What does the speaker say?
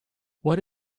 what